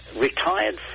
retired